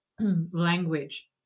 language